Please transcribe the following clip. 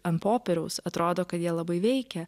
ant popieriaus atrodo kad jie labai veikia